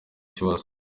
ikibazo